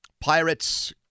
Pirates